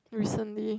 recently